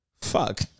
Fuck